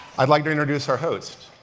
i'd like to introduce our host.